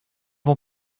vont